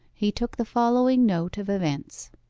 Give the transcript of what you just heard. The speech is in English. he took the following note of events